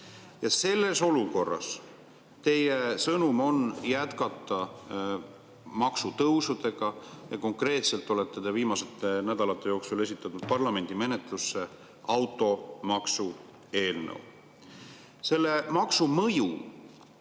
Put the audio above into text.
Selles olukorras on teie sõnum jätkata maksutõusudega. Konkreetselt olete te viimaste nädalate jooksul esitanud parlamendi menetlusse automaksueelnõu.